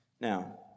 Now